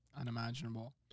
unimaginable